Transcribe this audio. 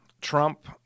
Trump